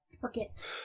Forget